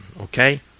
okay